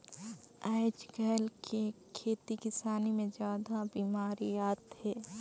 आयज कायल के खेती किसानी मे जादा बिमारी आत हे